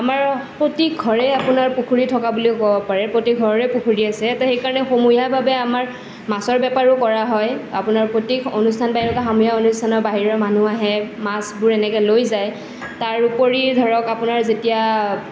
আমাৰ প্ৰতি ঘৰে আপোনাৰ পুখুৰী থকা বুলিও ক'ব পাৰে প্ৰতি ঘৰৰে পুখুৰী আছে তো সেইকাৰণে সমূহীয়াভাৱে আমাৰ মাছৰ বেপাৰো কৰা হয় আপোনাৰ প্ৰত্যেক অনুষ্ঠান বা এনেকুৱা সমূহীয়া অনুষ্ঠানৰ বাহিৰৰ মানুহ আহে মাছবোৰ এনেকৈ লৈ যায় তাৰ উপৰি ধৰক আপোনাৰ যেতিয়া